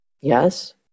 Yes